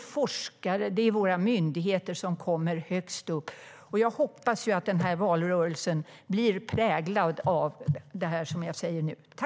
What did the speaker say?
Det är forskare och våra myndigheter som kommer högst upp.